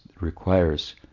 requires